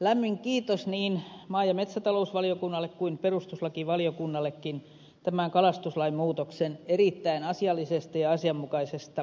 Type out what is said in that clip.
lämmin kiitos niin maa ja metsätalousvaliokunnalle kuin perustuslakivaliokunnallekin tämän kalastuslain muutoksen erittäin asiallisesta ja asianmukaisesta käsittelystä